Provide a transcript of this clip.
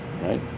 right